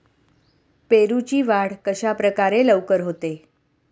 पेरूची वाढ कशाप्रकारे लवकर होते?